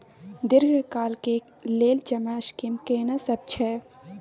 दीर्घ काल के लेल जमा स्कीम केना सब छै?